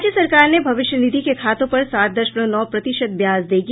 राज्य सरकार ने भविष्य निधि के खातों पर सात दशमलव नौ प्रतिशत ब्याज देगी